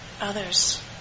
others